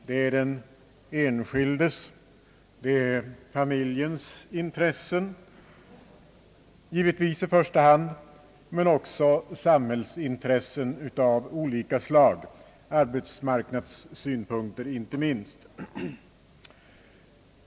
Det är givetvis i första hand den enskildes och familjens intressen, men det är också samhällsintressen av olika slag, inte minst arbetsmarknadssynpunkter.